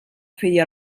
feia